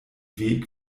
weg